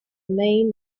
may